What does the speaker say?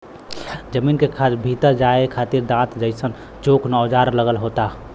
जमीन के भीतर जाये खातिर दांत जइसन चोक औजार लगल होला